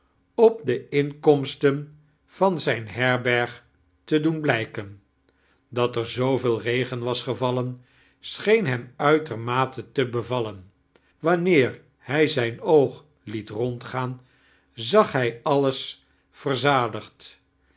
op de inkomsten van zijn herberg te doen blijken dat er zooveel regen was gevallen scheen hem uitermate te bevallen wanneer hij zijn oog liet rondgaan zag hij alles verzadigd